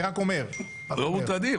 אני רק אומר --- לא מוטרדים.